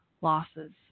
losses